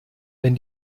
wenn